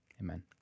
amen